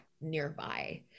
nearby